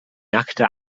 nackte